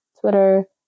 Twitter